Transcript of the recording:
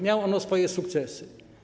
Miał on swoje sukcesy.